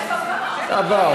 הכסף עבר,